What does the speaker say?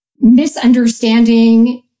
misunderstanding